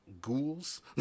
ghouls